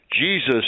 Jesus